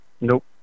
Nope